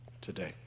today